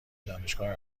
دانشگاه